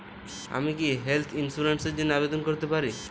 আমি কি health insurance র জন্য আবেদন করতে পারি?